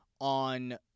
on